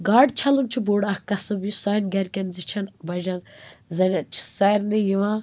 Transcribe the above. گاڈٕ چھَلُن چھُ بوٚڈ اَکھ کسٕب یُس سانہِ گَرِکٮ۪ن زِچھَن بَجن زَنٮ۪ن چھِ سارنٕے یِوان